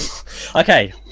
Okay